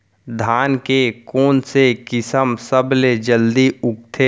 धान के कोन से किसम सबसे जलदी उगथे?